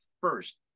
first